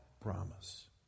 promise